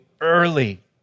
early